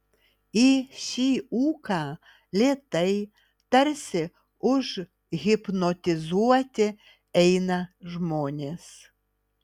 į šį ūką lėtai tarsi užhipnotizuoti eina žmonės